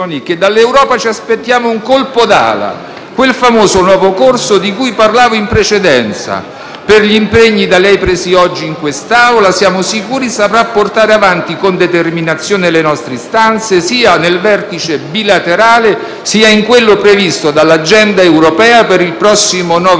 Con gli impegni da lei presi oggi in quest'Aula, siamo sicuri lei saprà portare avanti con determinazione le nostre istanze sia nel vertice bilaterale, sia in quello previsto dall'agenda europea per il prossimo 9 aprile con gli esponenti del Governo cinese, i cui contenuti saranno anch'essi oggetto del prossimo Consiglio europeo.